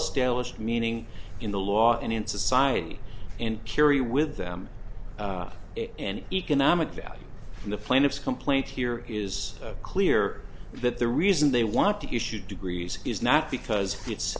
established meaning in the law and in society and carry with them any economic value from the plaintiff's complaint here is clear that the reason they want to issue degrees is not because it's